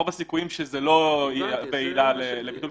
רוב הסיכויים שזה לא יהווה עילה לביטול.